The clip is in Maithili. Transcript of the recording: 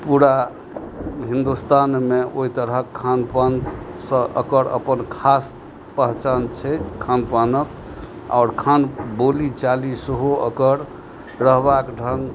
पूरा हिन्दुस्तानमे ओहि तरहक खान पानसँ एकर अपन खास पहचान छै खान पानक आओर खान बोली चाली सेहो एकर रहबाक ढङ्ग